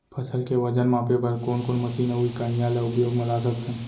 फसल के वजन मापे बर कोन कोन मशीन अऊ इकाइयां ला उपयोग मा ला सकथन?